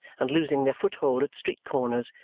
and losing their foot-hold at street-corners,